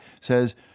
says